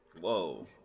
Whoa